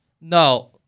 No